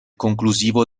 conclusivo